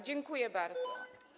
Dziękuję bardzo.